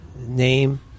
Name